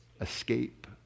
escape